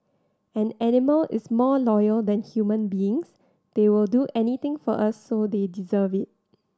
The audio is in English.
an animal is more loyal than human beings they will do anything for us so they deserve it